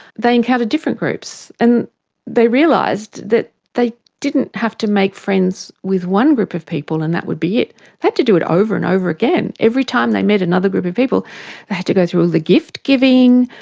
they encounter different groups, and they realised that they didn't have to make friends with one group of people and that would be it, they had to do it over and over again. every time they met another group of people they had to go through all the gift-giving,